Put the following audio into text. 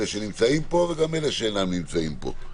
אלה שנמצאים פה וגם אלה שאינם נמצאים פה.